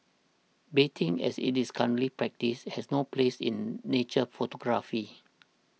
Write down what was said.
baiting as it is currently practised has no place in nature photography